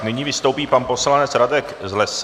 Nyní vystoupí poslanec Radek Zlesák.